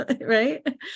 Right